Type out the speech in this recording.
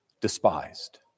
despised